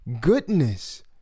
goodness